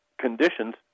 conditions